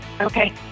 Okay